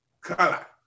color